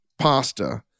pasta